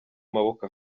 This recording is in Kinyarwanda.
maboko